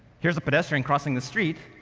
here's a pedestrian crossing the street,